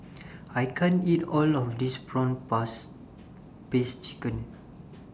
I can't eat All of This Prawn Paste Piece Chicken